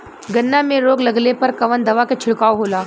गन्ना में रोग लगले पर कवन दवा के छिड़काव होला?